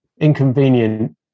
inconvenient